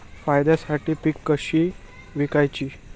फायद्यासाठी पिके कशी विकायची?